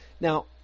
Now